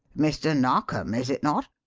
mr. narkom, is it not?